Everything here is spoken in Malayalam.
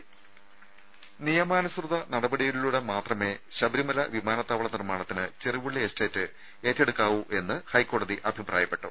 ദേദ നിയമാനുസൃത നടപടിയിലൂടെ മാത്രമേ ശബരിമല വിമാനത്താവള നിർമ്മാണത്തിന് ചെറുവള്ളി എസ്റ്റേറ്റ് ഏറ്റെടുക്കാനാവൂ എന്ന് ഹൈക്കോടതി അഭിപ്രായപ്പെട്ടു